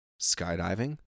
Skydiving